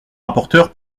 rapporteur